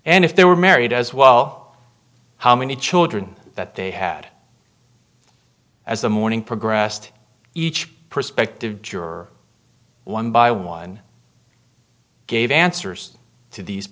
and if they were married as well how many children that they had as the morning progressed each prospective juror one by one gave answers to these